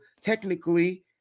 technically